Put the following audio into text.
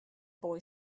boy